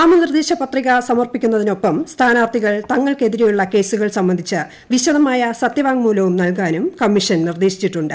നാമനിർദ്ദേശ പത്രിക സമർപ്പിക്കുന്നതിനൊപ്പം സ്ഥാനാർത്ഥികൾ തങ്ങൾക്കെതിരെയുള്ള കേസുകൾ സംബന്ധിച്ച വിശദമായ സത്യവാങ്മൂലവും നൽകാനും കമ്മീഷൻ നിർദ്ദേശിച്ചിട്ടുണ്ട്